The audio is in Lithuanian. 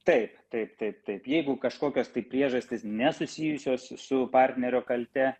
taip taip taip taip jeigu kažkokios tai priežastys nesusijusios su partnerio kalte